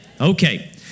Okay